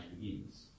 begins